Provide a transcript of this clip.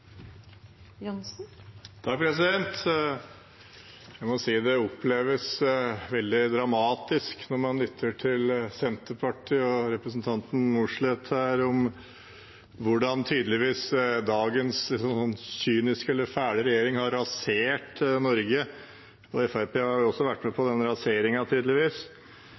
må si det oppleves veldig dramatisk når man lytter til Senterpartiet og representanten Mossleth her om hvordan dagens liksom kyniske eller fæle regjering tydeligvis har rasert Norge. Fremskrittspartiet har tydeligvis også vært med på